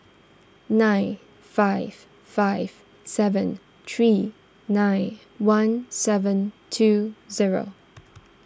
nine five five seven three nine one seven two zero